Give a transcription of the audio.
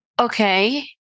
okay